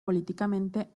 políticamente